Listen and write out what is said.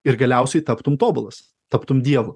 ir galiausiai taptum tobulas taptum dievu